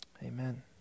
Amen